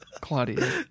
Claudia